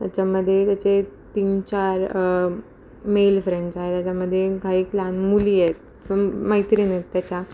त्याच्यामध्ये त्याचे तीन चार मेल फ्रेंड्स आहे त्याच्यामध्ये काहीक लहान मुली आहेत मैत्रीण आहेत त्याच्या